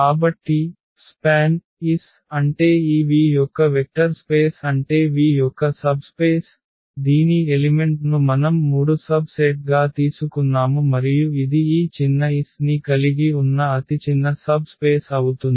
కాబట్టి SPAN అంటే ఈ V యొక్క వెక్టర్ స్పేస్ అంటే V యొక్క సబ్ స్పేస్ దీని ఎలిమెంట్ ను మనం మూడు సబ్ సెట్ గా తీసుకున్నాము మరియు ఇది ఈ చిన్న S ని కలిగి ఉన్న అతిచిన్న సబ్ స్పేస్ అవుతుంది